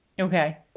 Okay